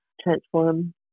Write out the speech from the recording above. transform